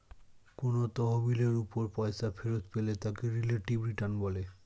কোন তহবিলের উপর পয়সা ফেরত পেলে তাকে রিলেটিভ রিটার্ন বলে